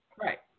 right